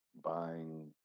buying